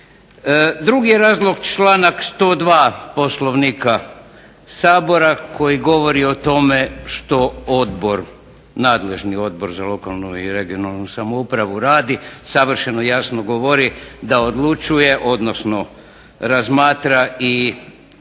Drugi je razlog članak 102. Poslovnika Sabora koji govori o tome što odbor nadležni Odbor za lokalnu i regionalnu samoupravu radi, savršeno jasno govori da odlučuje odnosno razmatra i